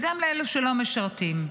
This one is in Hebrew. וגם לאלה שלא משרתים: